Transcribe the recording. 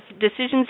decisions